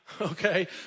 Okay